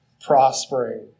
prospering